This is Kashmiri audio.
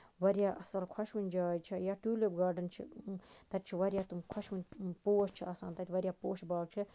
واریاہ اَصٕل خۄشوٕنۍ جاے چھِ یا ٹوٗلِپ گاڑن چھِ تَتہِ چھِ واریاہ تِم خۄشوٕنۍ پوش چھِ آسان تَتہِ واریاہ پوشہٕ باغ چھِ